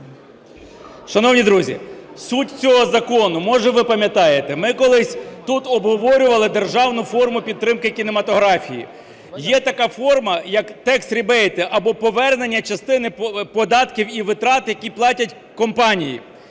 Шановні друзі! Суть цього закону. Може, ви пам'ятаєте, ми колись тут обговорювали державну форму підтримку кінематографії. Є така форма, як tax rebate, або повернення частини податків і витрат, які платять компанії.